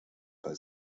bei